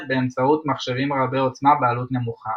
באמצעות מחשבים רבי-עוצמה בעלות נמוכה".